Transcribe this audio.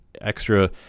Extra